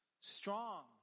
strong